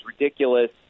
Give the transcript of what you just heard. ridiculous